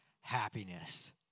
happiness